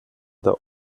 der